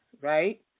right